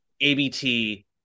ABT